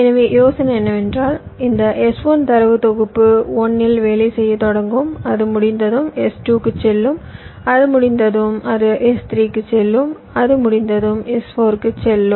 எனவே யோசனை என்னவென்றால் இந்த S1 தரவு தொகுப்பு 1 இல் வேலை செய்யத் தொடங்கும் அது முடிந்ததும் S2 க்குச் செல்லும் அது முடிந்ததும் அது S3 க்கு செல்லும் அது முடிந்ததும் S4 க்கு செல்லும்